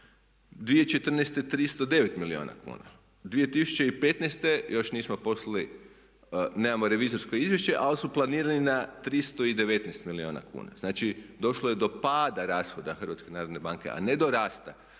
2014. 309 milijuna kuna, 2015. još nismo poslali, nemamo revizorsko izvješće ali su planirani na 319 milijuna kuna. Znači došlo je do pada rashoda HNB-a a ne do rasta